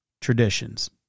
Traditions